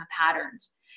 patterns